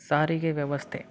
ಸಾರಿಗೆ ವ್ಯವಸ್ಥೆ